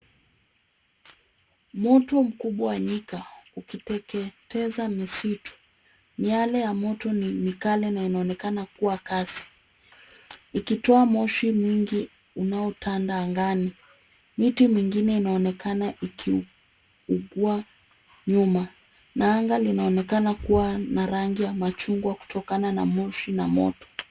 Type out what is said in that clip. Moto mkubwa wa nyika ukiteketeza misitu. Miale ya moto ni mikali na inaonekana kuwa kasi ikitoa moshi mwingi unaotanda angani. Miti mingine inaonekana ikiungua nyuma na anga linaonekana kuwa na rangi ya machungwa kutokana na moshi na moto.